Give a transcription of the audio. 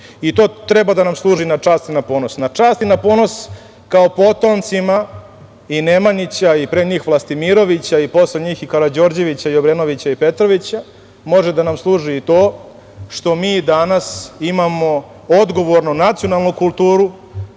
treba da nam služi na čast i na ponos. Na čast i na ponos kao potomcima i Nemanjića i pre njih Vlastimirovića i posle njih i Karađorđevića, i Obrenovića, i Petrovića, može da nam služi i to što mi danas imamo odgovornu nacionalnu kulturu